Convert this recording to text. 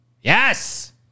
Yes